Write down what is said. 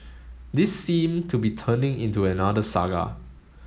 this seem to be turning into another saga